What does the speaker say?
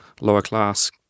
lower-class